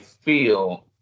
feel